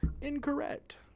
Incorrect